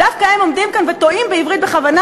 דווקא הם עומדים כאן וטועים בעברית בכוונה